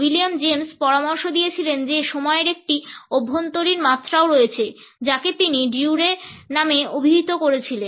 William James পরামর্শ দিয়েছিলেন যে সময়ের একটি অভ্যন্তরীণ মাত্রাও রয়েছে যাকে তিনি 'duree' নামে অভিহিত করেছিলেন